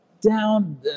down